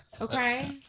Okay